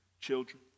children